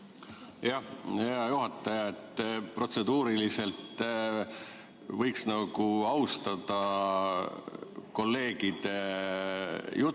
Hea juhataja! Protseduuriliselt, võiks nagu austada kolleegide juttu.